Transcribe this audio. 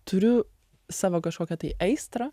turiu savo kažkokią tai aistrą